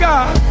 God